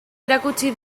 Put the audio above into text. erakutsi